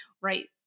right